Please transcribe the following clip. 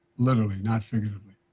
literally, not figuratively,